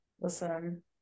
Listen